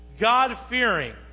God-fearing